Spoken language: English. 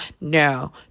No